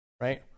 right